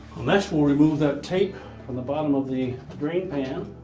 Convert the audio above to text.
next, we'll remove that tape from the bottom of the drain pan,